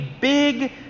big